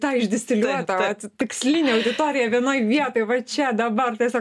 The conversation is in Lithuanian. tą išdistiliuotą vat tikslinę auditoriją vienoj vietoj va čia dabar tiesiog